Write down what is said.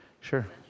Sure